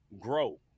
grow